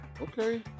Okay